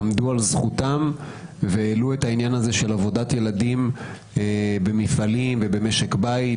הם עמדו על זכותם והעלו את העניין של עבודת ילדים במפעלים ובמשק בית,